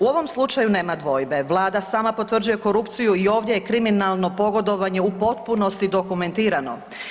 U ovom slučaju nema dvojbe, Vlada sama potvrđuje korupciju i ovdje je kriminalno pogodovanje u postupnosti dokumentirano.